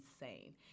insane